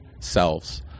selves